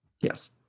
Yes